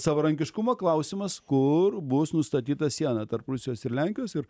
savarankiškumą klausimas kur bus nustatyta siena tarp rusijos ir lenkijos ir